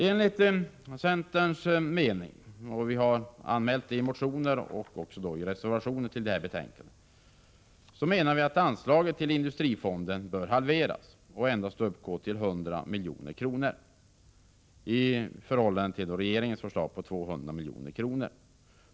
Enligt centerns mening — och vi har anmält det i motioner och även i reservationer till detta betänkande — bör anslaget till Industrifonden halveras i förhållande till regeringens förslag och endast uppgå till 100 milj.kr.